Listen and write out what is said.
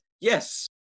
Yes